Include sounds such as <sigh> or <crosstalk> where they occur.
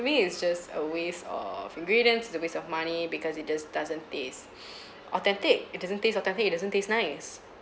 to me it's just a waste of ingredients the waste of money because it just doesn't taste <breath> authentic it doesn't taste authentic it doesn't taste nice